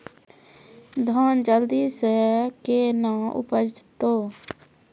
धान जल्दी से के ना उपज तो?